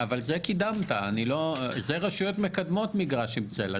אבל רשויות מקדמות מגרש עם צל.